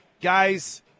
Guys